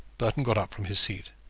burton got up from his seat.